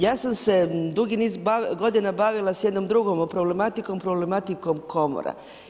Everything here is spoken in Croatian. Ja sam se dugi niz godina bavila sa jednom drugom problematikom, problematikom komora.